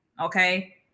Okay